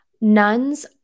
Nuns